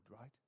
right